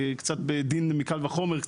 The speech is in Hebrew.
קצת בדין מקל וחומר,